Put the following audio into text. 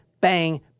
bang